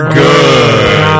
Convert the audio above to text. good